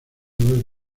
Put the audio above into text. obras